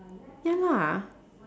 ya lah